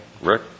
Rick